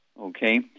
Okay